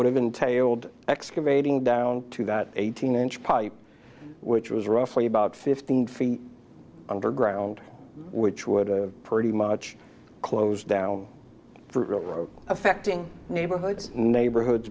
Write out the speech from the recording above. would have entailed excavating down to that eighteen inch pipe which was roughly about fifteen feet underground which would pretty much close down affecting neighborhoods neighborhood